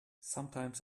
sometimes